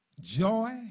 joy